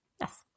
yes